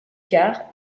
car